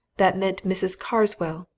that meant mrs. carswell.